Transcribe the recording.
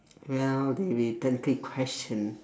well there will be plenty question